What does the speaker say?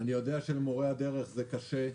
אני יודע שלמורי הדרך זה קשה.